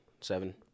seven